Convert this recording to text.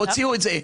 הוציאו את זה.